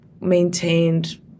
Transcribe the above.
maintained